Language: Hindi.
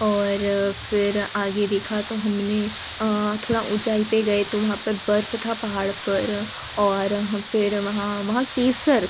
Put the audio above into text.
और फिर आगे देखा तो हमने थोड़ा ऊँचाई पर गए तो वहाँ पर बर्फ़ था पहाड़ पर और हम फिर वहाँ वहाँ केसर